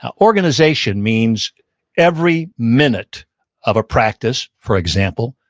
ah organization means every minute of a practice, for example,